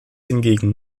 hingegen